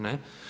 Ne.